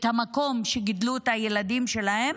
את המקום שבו גידלו את הילדים שלהם,